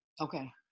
Okay